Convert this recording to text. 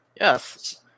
Yes